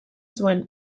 zuen